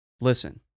listen